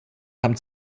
haben